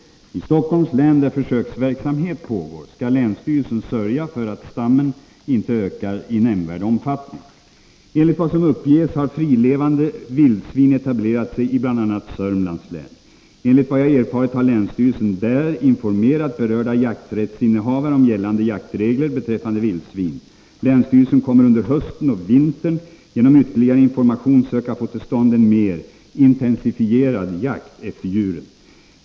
I Stockholms län, där försöksverksamhet pågår, skall länsstyrelsen sörja för att stammen inte ökar i nämnvärd omfattning. Enligt vad som uppges har frilevande vildsvin etablerat sig i bl.a. Södermanlands län. Enligt vad jag erfarit har länsstyrelsen där informerat berörda jakträttsinnehavare om gällande jaktregler beträffande vildsvin. ILänsstyrelsen kommer under hösten och vintern genom ytterligare information att söka få till stånd en mer intensifierad jakt efter djuren.